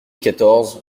quatorze